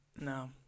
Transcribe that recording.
no